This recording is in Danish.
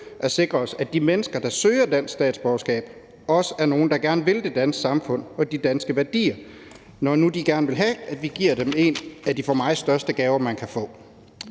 at sikre os, at de mennesker, der søger dansk statsborgerskab, også er nogle, der gerne vil det danske samfund og de danske værdier, når nu de gerne vil have, at vi giver dem en af de for mig største gaver, man kan få.